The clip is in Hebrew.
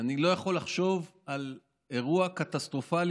אני לא יכול לחשוב על אירוע קטסטרופלי